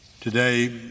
Today